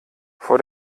vor